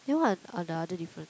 then what are are the other different